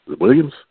Williams